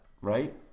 Right